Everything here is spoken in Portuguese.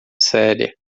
séria